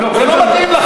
זה לא מתאים לך.